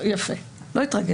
אני לא מצליח